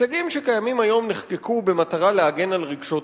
הסייגים שקיימים היום נחקקו במטרה להגן על רגשות הציבור.